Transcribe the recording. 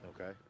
okay